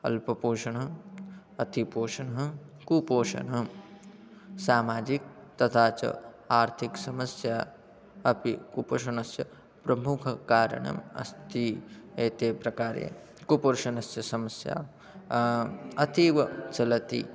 अल्पपोषणः अतिपोषणः कुपोषणः सामाजिकः तथा च आर्थिकसमस्या अपि कुपोषणस्य प्रमुखकारणे स्तः एतेन प्रकारेण कुपोषणस्य समस्या अतीव चलति